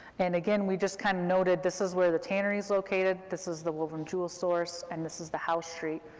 and again, we just kind of noted, this is where the tannery is located, this is the wolven jewell source, and this is the house street.